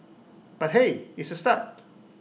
but hey it's A start